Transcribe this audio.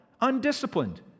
undisciplined